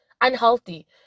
unhealthy